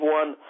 one